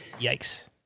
Yikes